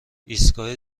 ایستگاه